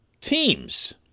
teams